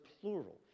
plural